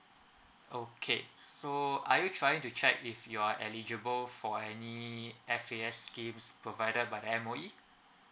okay so are you trying to check if you are eligible for any F_A_S schemes provided by M_O_E